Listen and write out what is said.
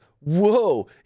whoa